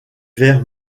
verres